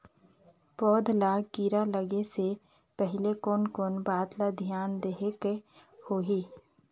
पौध ला कीरा लगे से पहले कोन कोन बात ला धियान देहेक होही?